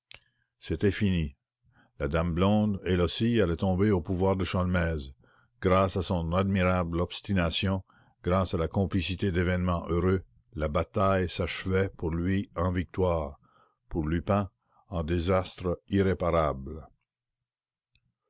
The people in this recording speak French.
c'était fini la dame blonde elle aussi allait tomber au pouvoir de sholmès grâce à son admirable obstination grâce à la complicité d'événements heureux la bataille s'achevait pour lui en victoire pour lupin en un désastre irréparable